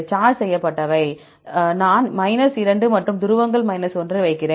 charge செய்யப்பட்டவைகளுக்கு நான் 2 மற்றும் துருவங்களை 1 வைக்கிறேன்